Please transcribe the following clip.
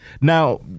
Now